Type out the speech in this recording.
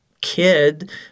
kid